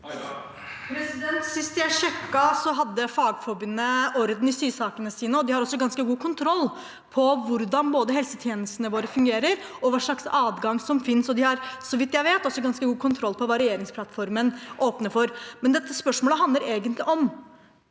Sist jeg sjekket, hadde Fagforbundet orden i sysakene sine, og de har også ganske god kontroll på både hvordan helsetjenestene våre fungerer, og hva slags adgang som finnes. De har, så vidt jeg vet, også ganske god kontroll på hva regjeringsplattformen åpner for. Men dette spørsmålet handler egentlig om